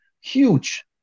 Huge